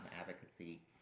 advocacy